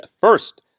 first